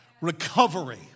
recovery